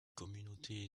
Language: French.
communauté